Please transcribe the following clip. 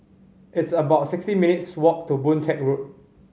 it's about sixty minutes' walk to Boon Teck Road